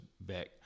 back